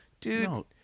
dude